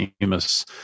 famous